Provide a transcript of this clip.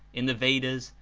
in the vedas,